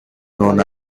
known